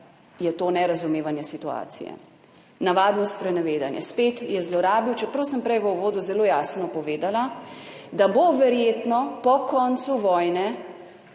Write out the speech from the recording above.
je to nerazumevanje situacije, navadno sprenevedanje. Spet je zlorabil, čeprav sem prej v uvodu zelo jasno povedala, da bo verjetno po koncu vojne